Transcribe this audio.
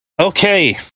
okay